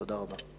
תודה רבה.